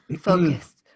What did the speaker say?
focused